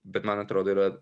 bet man atrodo yra